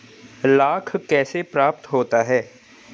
लाख कैसे प्राप्त होता है?